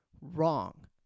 wrong